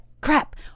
crap